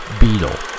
Beetle